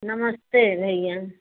नमस्ते भैया